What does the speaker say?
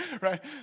Right